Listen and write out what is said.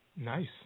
Nice